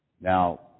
Now